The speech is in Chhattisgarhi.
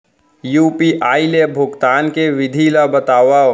यू.पी.आई ले भुगतान के विधि ला बतावव